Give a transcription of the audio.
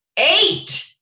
Eight